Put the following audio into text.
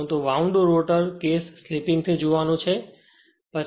પરંતુ wound rotor case slipping થી જોવાનો છે